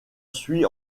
suis